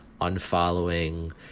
unfollowing